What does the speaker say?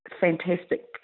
fantastic